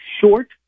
short